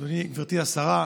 גברתי השרה,